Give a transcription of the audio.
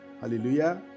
hallelujah